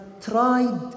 tried